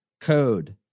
code